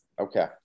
Okay